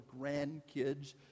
grandkids